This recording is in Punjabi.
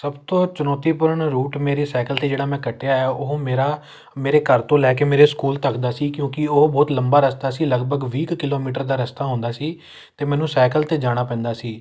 ਸਭ ਤੋਂ ਚੁਣੌਤੀਪੂਰਨ ਰੂਟ ਮੇਰੇ ਸਾਈਕਲ 'ਤੇ ਜਿਹੜਾ ਮੈਂ ਕੱਟਿਆ ਹੈ ਉਹ ਮੇਰਾ ਮੇਰੇ ਘਰ ਤੋਂ ਲੈ ਕੇ ਮੇਰੇ ਸਕੂਲ ਤੱਕ ਦਾ ਸੀ ਕਿਉਂਕਿ ਉਹ ਬਹੁਤ ਲੰਬਾ ਰਸਤਾ ਸੀ ਲਗਭਗ ਵੀਹ ਕੁ ਕਿਲੋਮੀਟਰ ਦਾ ਰਸਤਾ ਹੁੰਦਾ ਸੀ ਅਤੇ ਮੈਨੂੰ ਸਾਈਕਲ 'ਤੇ ਜਾਣਾ ਪੈਂਦਾ ਸੀ